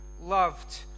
loved